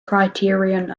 criterion